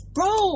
Bro